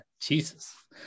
Jesus